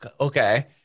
okay